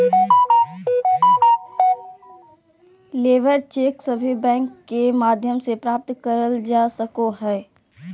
labour cheque सभे bank के माध्यम से प्राप्त करल जा सको हय